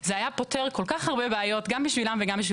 זה כל הזמן על ראש שמחתנו.